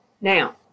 Now